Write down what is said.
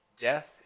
death